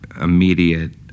immediate